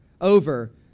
over